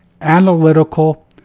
analytical